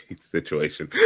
situation